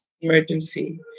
emergency